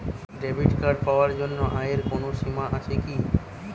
Debit card পাওয়ার জন্য আয়ের কোনো সীমা আছে কি?